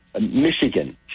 Michigan